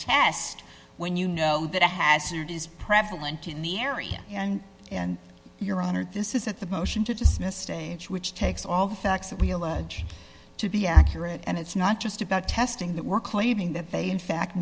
test when you know that a hazard is prevalent in the area and and your honor this is that the motion to dismiss stage which takes all the facts that we allege to be accurate and it's not just about testing that we're claiming that they in fact